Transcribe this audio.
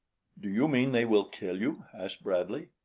do you mean they will kill you? asked bradley.